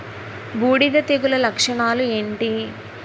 బూడిద తెగుల లక్షణాలు ఏంటి?